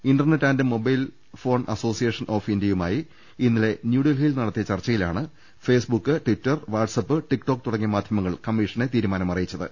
internet and mobile association of ഇന്ത്യയുമായി ഇന്നലെ ന്യൂഡൽഹിയിൽ നടത്തിയ ചർച്ചയിലാണ് Facebook Twitter WhatsApp TikTok തുടങ്ങിയ മാധ്യമങ്ങൾ കമ്മിഷനെ തീരുമാനമറിയിച്ച ത്